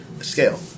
scale